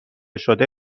شده